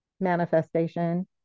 manifestation